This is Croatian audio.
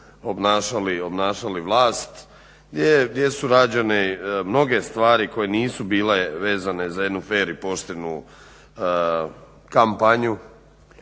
obnašali vlast, gdje su rađene mnoge stvari koje nisu bile vezane za jednu fer i poštenu kampanju.